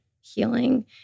healing